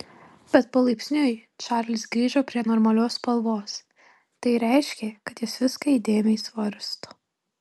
bet palaipsniui čarlis grįžo prie normalios spalvos tai reiškė kad jis viską įdėmiai svarsto